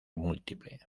múltiple